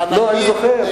לא, אני זוכר.